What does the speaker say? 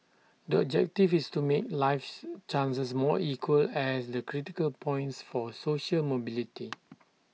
the objective is to make lives chances more equal as the critical points for social mobility